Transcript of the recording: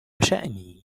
شأني